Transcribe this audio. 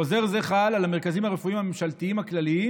חוזר זה חל על המרכזים הרפואיים הממשלתיים הכלליים,